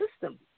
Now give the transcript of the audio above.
system